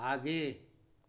आगे